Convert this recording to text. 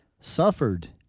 suffered